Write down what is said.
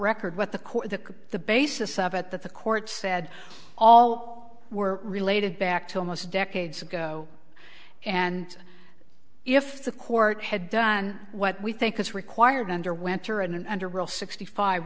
record what the court that the basis of at that the court said all were related back to almost decades ago and if the court had done what we think is required under winter and under will sixty five